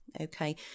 Okay